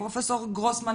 פרופ' גרוסמן,